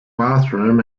bathroom